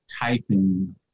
typing